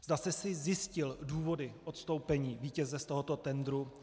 Zda jste si zjistil důvody k odstoupení vítěze z tohoto tendru.